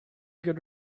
good